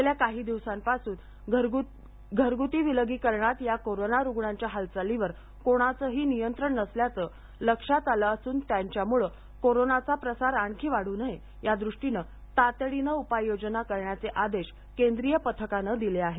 गेल्या काही दिवसांपासून घरगुती विलगीकरणातील या कोरोना रुग्णांच्या हालचालींवर कोणाचेही नियंत्रण नसल्याचं लक्षात आलं असून त्यांच्यामुळं कोरोनाचा प्रसार आणखी वाढू नये या दृष्टीनं तातडीनं उपाय योजना करण्याचे आदेश केंद्रीय पथकानं दिले आहेत